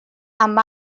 amb